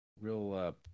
real